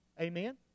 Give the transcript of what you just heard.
amen